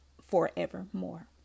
forevermore